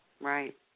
Right